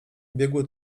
biegły